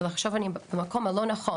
לא להבין או לחשוב שאני במקום הלא נכון,